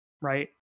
Right